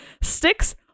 sticks